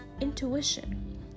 intuition